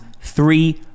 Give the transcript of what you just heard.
three